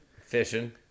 Fishing